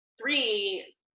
three